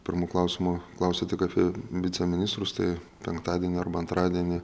pirmu klausimu klausia tik apie viceministrus tai penktadienį arba antradienį